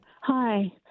Hi